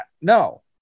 No